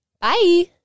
Bye